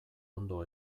ondo